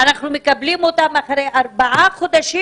אנחנו מקבלים אותם אחרי ארבעה חודשים,